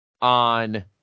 on